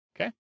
Okay